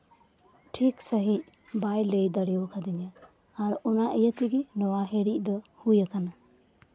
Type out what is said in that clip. ᱴᱷᱤᱠ ᱥᱟᱹᱦᱤᱡ ᱵᱟᱭ ᱞᱟᱹᱭ ᱫᱟᱲᱮ ᱟᱠᱟᱣᱫᱤᱧᱟ ᱟᱨ ᱚᱱᱟ ᱤᱭᱟᱹ ᱛᱮᱜᱮ ᱟᱨ ᱱᱚᱶᱟ ᱦᱤᱲᱤᱡ ᱫᱚ ᱦᱳᱭ ᱟᱠᱟᱱᱟ